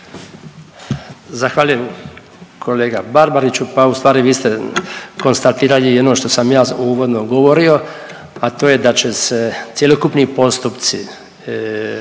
Zahvaljujem kolega Barbariću. Pa ustvari vi ste konstatirali i ono što sam i ja uvodno govorio, a to je da će se cjelokupni postupci